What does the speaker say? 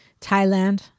Thailand